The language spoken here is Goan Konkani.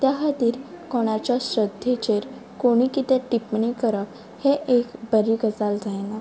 त्या खातीर कोणाच्या श्रद्धेचेर कोणी कितें टिप्पणी करप हें एक बरी गजाल जायना